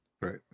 right